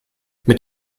mit